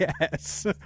yes